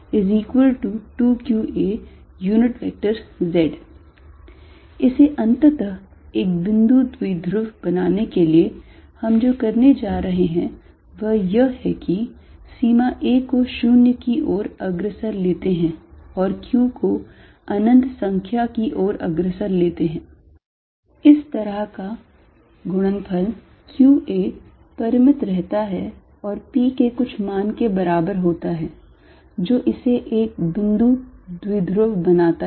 p2qaz इसे अंततः एक बिंदु द्विध्रुव बनाने के लिए हम जो करने जा रहे हैं वह यह है कि सीमा a को 0 की ओर अग्रसर लेते हैं और q को अनंत संख्या की ओर अग्रसर लेते हैं इस तरह का गुणनफल qa परिमित रहता है और p के कुछ मान के बराबर होता है जो इसे एक बिंदु द्विध्रुव बनाता है